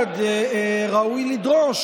אחד ראוי לדרוש.